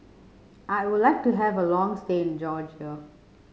I would like to have a long stay in Georgia